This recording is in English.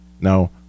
No